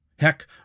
Heck